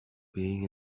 being